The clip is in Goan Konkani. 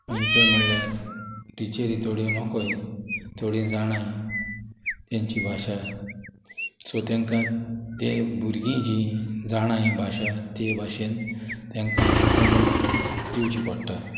आनी ते म्हणल्यार टिचरी थोड्यो नोकोय थोडीं जाणां तेंची भाशा सो तेंकां ते भुरगीं जीं जाणाय ही भाशा ते भाशेन तांकां शिकोवन दिवचें पडटा